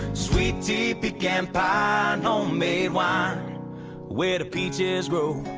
sweet tea, pecan pie, homemade wine where the peaches grow.